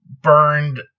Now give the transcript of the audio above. Burned